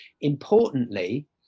Importantly